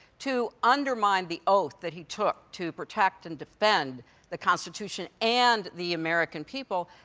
to undermine the oath that he took to protect and defend the constitution and the american people,